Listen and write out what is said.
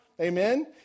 Amen